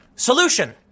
Solution